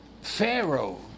Pharaoh